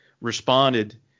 responded